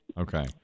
Okay